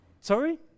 Sorry